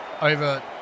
over